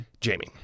Jamie